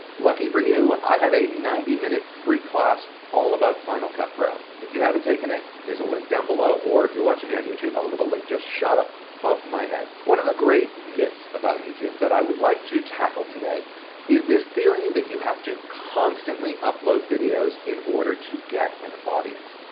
lucky for you i have a ninety minute free class all about final cut pro. if you haven't taken it there is a link down below, or if you are watching me on youtube, a little link just shot up above my head. one of the great myths about youtube that i would like to tackle today is this theory that you have to constantly upload videos in order to get an audience.